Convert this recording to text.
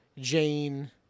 Jane